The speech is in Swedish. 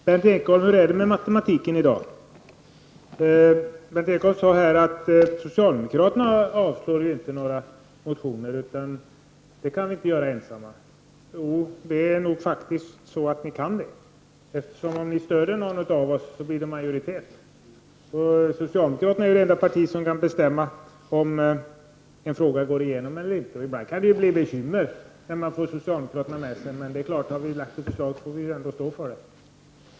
Herr talman! Hur är det med matematiken i dag, Berndt Ekholm? Berndt Ekholm sade att socialdemokraterna inte avslår några motioner. Det kan de inte göra ensamma. Jo, det är faktiskt så att ni kan göra det. När ni stöder något annat parti skapar ni en majoritet. Socialdemokraterna är det enda parti som kan bestämma om en fråga skall gå igenom eller inte. Ibland kan det bli bekymmer när man har socialdemokraterna med sig i en fråga. Men, har vi lagt fram ett förslag får vi ändå stå för det.